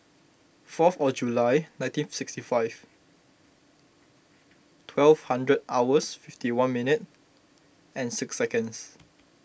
fourth of July nineteen sixty five twelve hundred hours fifty one minute and six seconds